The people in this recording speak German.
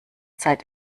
zeit